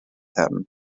him